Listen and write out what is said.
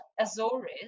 Azores